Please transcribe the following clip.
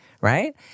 right